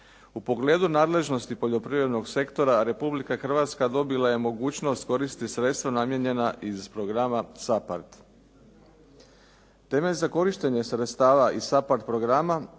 U pogledu nadležnosti poljoprivrednog sektora, Republika Hrvatska dobila je mogućnost da koristi sredstva namijenjena iz programa SAPARD. Temelj za korištenje sredstava iz SAPARD programa